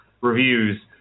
reviews